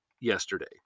yesterday